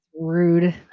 rude